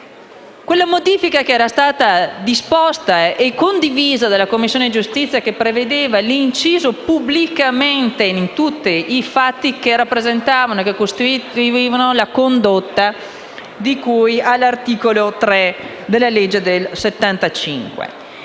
La modifica era stata disposta e condivisa dalla Commissione giustizia e prevedeva il termine «pubblicamente» in tutti i fatti che rappresentavano e costituivano la condotta di cui all'articolo 3 della legge n. 654